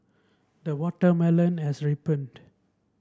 the watermelon has ripened